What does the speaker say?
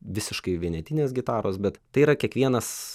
visiškai vienetinės gitaros bet tai yra kiekvienas